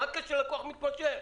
מה הקשר ללקוח מתמשך?